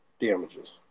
damages